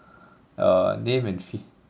uh name an fea~